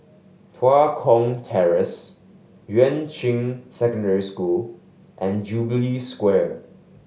Tua Kong Terrace Yuan Ching Secondary School and Jubilee Square